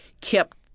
kept